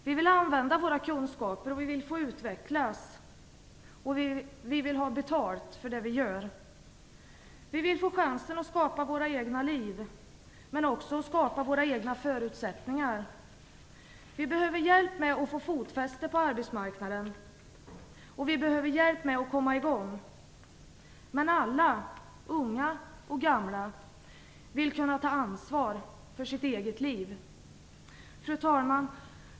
Vi vill använda våra kunskaper, och vi vill få utvecklas. Och vi vill ha betalt för det vi gör. Vi vill få chansen att skapa våra egna liv men också att skapa våra egna förutsättningar. Vi behöver hjälp med att få fotfäste på arbetsmarknaden, och vi behöver hjälp med att komma i gång. Men alla, unga och gamla, vill kunna ta ansvar för sitt eget liv. Fru talman!